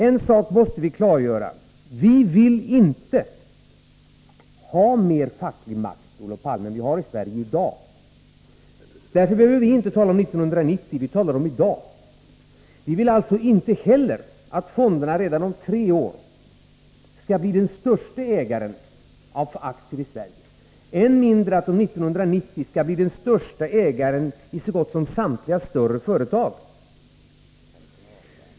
En sak måste vi klargöra: vi vill inte ha mer facklig makt än vi har i Sverige i dag, Olof Palme. Därför behöver vi inte tala om 1990, vi talar om dagsläget. Vi vill alltså inte heller att fonderna redan om tre år skall bli den största ägaren av aktier i Sverige — än mindre att de 1990 skall bli den största aktieägaren i så gott som samtliga större företag.